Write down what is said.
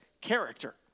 character